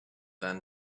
then